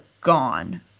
gone